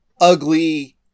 ugly